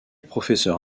professeur